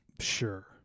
Sure